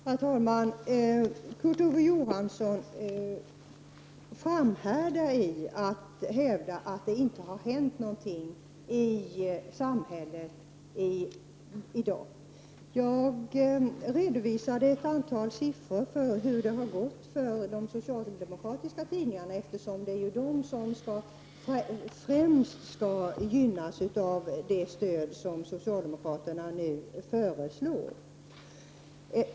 Herr talman! Kurt Ove Johansson framhärdar i att hävda att det inte har hänt någonting i samhället i dag. Jag redovisade ett antal siffror för hur det har gått för de socialdemokratiska tidningarna, eftersom det ju är dessa som främst skall gynnas av det stöd som socialdemokraterna nu föreslår.